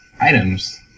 items